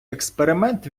експеримент